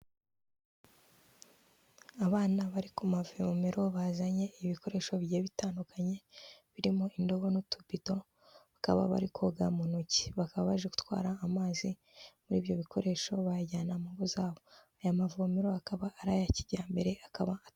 Abana bari ku mavomero bazanye ibikoresho bigiye bitandukanye, birimo indobo n'utupito bakaba bari koga mu ntoki, bakaba baje gutwara amazi muri ibyo bikoresho bayajyana mu ngo zabo aya mavomero akaba ari aya kijyambere akaba.